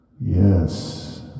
Yes